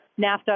NAFTA